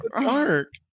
dark